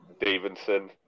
Davidson